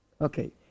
Okay